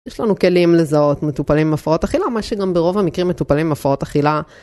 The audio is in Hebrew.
יש לנו כלים לזהות, מטופלים עם הפרעות אכילה, מה שגם ברוב המקרים מטופלים הפרעות אכילה.